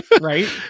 right